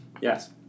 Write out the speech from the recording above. Yes